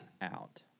out